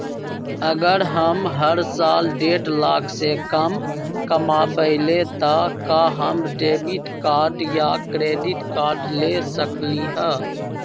अगर हम हर साल डेढ़ लाख से कम कमावईले त का हम डेबिट कार्ड या क्रेडिट कार्ड ले सकली ह?